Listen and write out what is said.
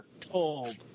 told